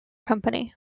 company